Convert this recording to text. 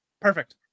Perfect